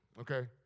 okay